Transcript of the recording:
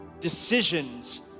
decisions